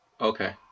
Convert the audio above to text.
Okay